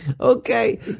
Okay